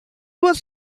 was